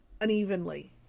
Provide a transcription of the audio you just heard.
unevenly